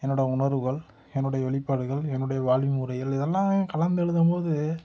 என்னோடய உணர்வுகள் என்னுடைய வெளிப்பாடுகள் என்னுடைய வாழ்வியல் முறைகள் இதெல்லாம் கலந்து எழுதும்போது